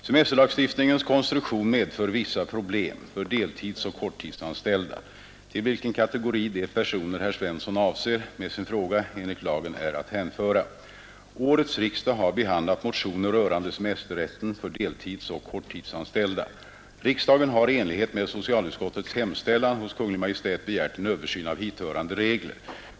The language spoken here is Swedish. Semesterlagstiftningens konstruktion medför vissa problem för deltidsoch korttidsanställda, till vilken kategori de personer herr Svensson Årets riksdag har behandlat motioner rörande semesterrätten för deltidsoch korttidsanställda. Riksdagen har i enlighet med socialutskottets hemställan hos Kungl. Maj:t begärt en översyn av hithörande regler.